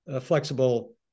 flexible